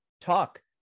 talk